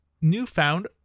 newfound